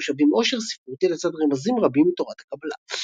ומשלבים עושר ספרותי לצד רמזים רבים מתורת הקבלה.